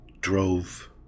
drove